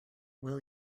will